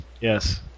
yes